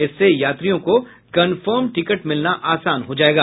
इससे यात्रियों को कंफर्म टिकट मिलना आसान हो जायेगा